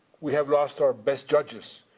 we have lost our best judges,